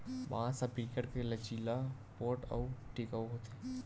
बांस ह बिकट के लचीला, पोठ अउ टिकऊ होथे